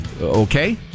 okay